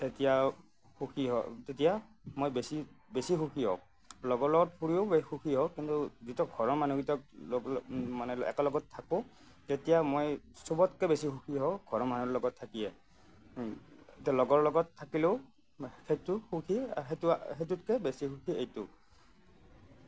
তেতিয়া মই বেছি সুখী হওঁ লগৰ লগত ফুৰিও সুখী হওঁ কিন্তু যেতিয়া ঘৰৰ মানুহকেইটা একেলগত থাকোঁ তেতিয়া মই চবতকে বেছি সুখী হওঁ ঘৰৰ মনুহৰ লগত থাকিয়েই এতিয়া লগৰ লগত থাকিলেও সেইটোতকে বেছি সুখী এইটো